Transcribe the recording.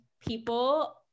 people